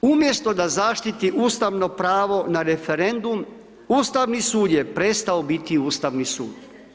Umjesto da zaštiti ustavno pravo na referendum, Ustavni sud je prestao biti Ustavni sud.